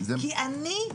כי אני,